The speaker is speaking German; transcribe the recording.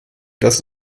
dass